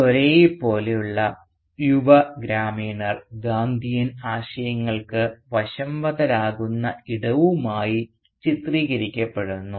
ദോരൈയെപ്പോലുള്ള യുവഗ്രാമീണർ ഗാന്ധിയൻ ആശയങ്ങൾക്കു വശംവദരാകുന്ന ഇടവുമായി ചിത്രീകരിക്കപ്പെടുന്നു